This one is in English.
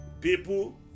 people